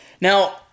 Now